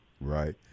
Right